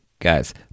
Guys